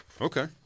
Okay